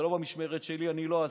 זה לא במשמרת שלי, אני לא עשיתי,